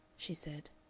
she said.